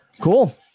Cool